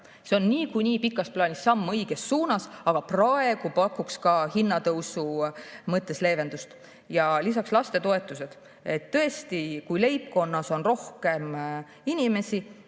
See on niikuinii pikas plaanis samm õiges suunas, aga praegu pakuks see ka hinnatõusule leevendust. Lisaks lastetoetused. Tõesti, kui leibkonnas on rohkem inimesi,